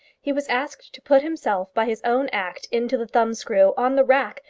he was asked to put himself, by his own act, into the thumbscrew, on the rack,